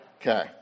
Okay